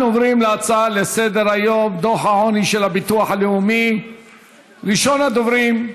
אנחנו עוברים להצעות לסדר-היום בנושא: דוח הביטוח הלאומי על העוני,